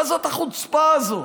מה זה החוצפה הזאת?